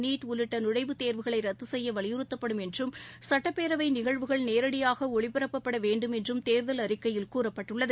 NEET உள்ளிட்டநுழைவுத் தேர்வுகளைரத்துசெய்யவலியுறுத்தப்படும் சட்டப்பேரவைநிகழ்வுகள் நேரடியாகஒளிபரப்பப்படவேண்டும் என்றும் என்றும் தேர்தல் அறிக்கையில் கூறப்பட்டுள்ளது